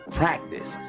practice